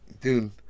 dude